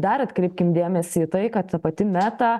dar atkreipkim dėmesį į tai kad ta pati meta